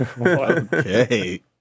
okay